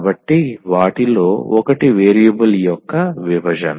కాబట్టి వాటిలో ఒకటి వేరియబుల్ యొక్క విభజన